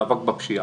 מאבק בפשיעה.